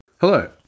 Hello